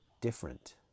different